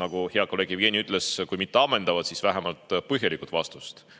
nagu hea kolleeg Jevgeni ütles, kui mitte ammendava, siis vähemalt põhjaliku vastuse.